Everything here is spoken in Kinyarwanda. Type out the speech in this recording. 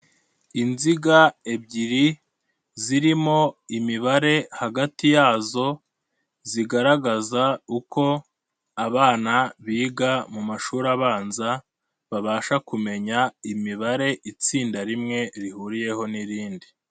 Inziga ebyiri zirimo imibare hagati yazo zigaragaza uko abana biga mu mashuri abanza babasha kumenya imibare itsinda rimwe rihuriyeho n'irindi.